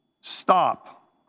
Stop